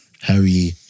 Harry